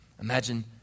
Imagine